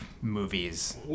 movies